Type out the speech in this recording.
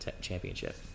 championship